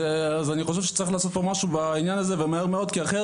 אני חושב שצריך לעשות משהו בעניין הזה כי אחרת